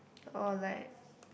or like